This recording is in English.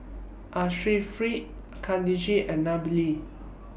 Khadija and Nabil